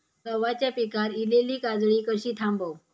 गव्हाच्या पिकार इलीली काजळी कशी थांबव?